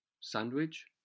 Sandwich